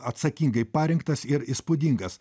atsakingai parinktas ir įspūdingas